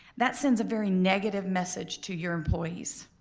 that sends a very negative message to your employees.